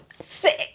Sick